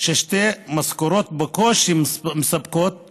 שתי משכורות בקושי מספיקות